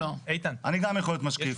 אני גם יכול להיות משקיף.